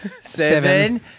seven